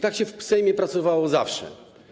Tak się w Sejmie pracowało zawsze.